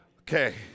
Okay